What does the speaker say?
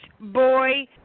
boy